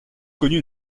connu